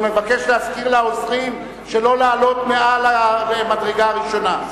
אני מבקש להזכיר לעוזרים שלא לעלות מעל המדרגה הראשונה.